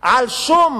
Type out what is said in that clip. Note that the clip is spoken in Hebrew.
על שום